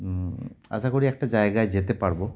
আশা করি একটা জায়গায় যেতে পারবো